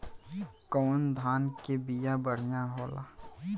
कौन धान के बिया बढ़ियां होला?